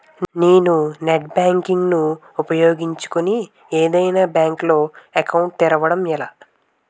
నేను net banking ను ఉపయోగించుకుని ఏదైనా బ్యాంక్ లో అకౌంట్ తెరవడం ఎలా?